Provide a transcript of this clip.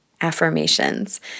Affirmations